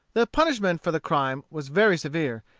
the punishment for the crime was very severe,